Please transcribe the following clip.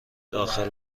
داخل